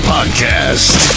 Podcast